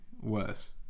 worse